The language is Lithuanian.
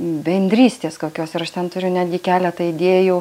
bendrystės kokios ir aš ten turiu netgi keletą idėjų